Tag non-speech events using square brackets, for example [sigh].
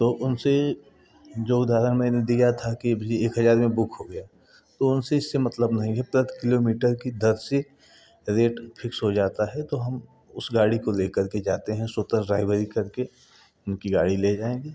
तो उनसे जो उद्धारण मैंने दिया था कि [unintelligible] एक हजार में बूक हो गया तो उनसे इससे मतलब नहीं है प्रति किलोमीटर कि दर से रेट फिक्स हो जाता है तो हम उस गाड़ी को लेकर के जाते हैं स्वतः ड्रायभरी करके उनकी गाड़ी ले जाएँ